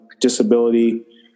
disability